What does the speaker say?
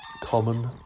Common